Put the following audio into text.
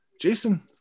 Jason